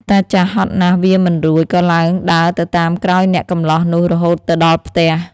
តាចាស់ហត់ណាស់វារមិនរួច ក៏ឡើងដើរទៅតាមក្រោយអ្នកកម្លោះនោះរហូតទៅដល់ផ្ទះ។